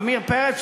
עמיר פרץ,